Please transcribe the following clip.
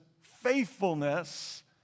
faithfulness